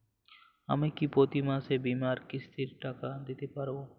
আমি কি প্রতি মাসে বীমার কিস্তির টাকা দিতে পারবো?